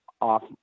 off